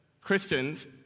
Christians